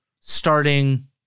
starting